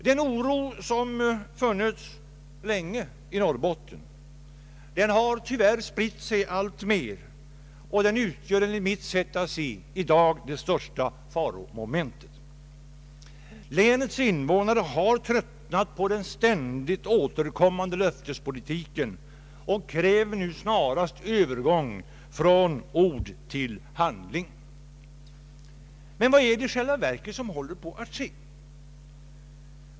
Den oro som länge funnits inom Norrbotten har tyvärr spritt sig alltmer, och den utgör enligt mitt sätt att se i dag det största faromomentet. Länets invånare har tröttnat på den ständigt återkommande löftespolitiken och kräver nu snarast övergång från ord till handling. Vad är det som håller på att ske?